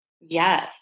Yes